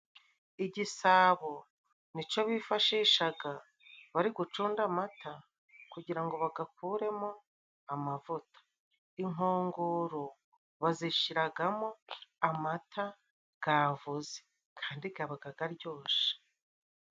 Igisabo nicyo bifashishaga bari gucunda amata kugira ngo bagakuremo amavuta, inkongoro bazishiragamo amata gavuze kandi gabaga garyoshe.